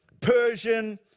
Persian